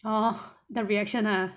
orh reaction ah